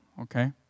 okay